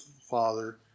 Father